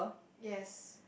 yes